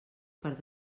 per